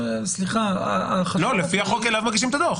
סליחה --- לפי החוק, אליו מגישים את הדוח.